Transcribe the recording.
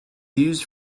used